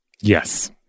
Yes